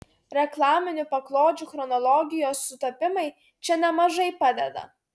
reklaminių paklodžių chronologijos sutapimai čia nemažai padeda